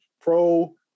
pro